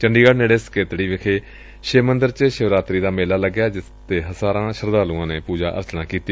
ਚੰਡੀਗੜੂ ਨੇੜੇ ਸਕੇਤੜੀ ਵਿਖੇ ਸ਼ਿਵ ਮੰਦਰ ਚ ਸ਼ਿਵਰਾਤਰੀ ਦਾ ਮੇਲਾ ਲਗਿਆ ਅਤੇ ਹਜ਼ਾਰਾਂ ਸ਼ਰਧਾਲੁਆਂ ਨੇ ਪੁਜਾ ਅਰਚਨਾ ਕੀਤੀ